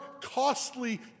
costly